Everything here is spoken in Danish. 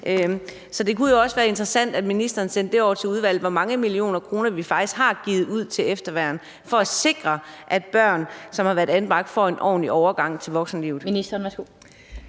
Så det kunne jo også være interessant, at ministeren sendte over til udvalget, hvor mange millioner kroner vi faktisk har givet ud til efterværn for at sikre, at børn, som har været anbragt, får en ordentlig overgang til voksenlivet.